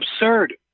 absurd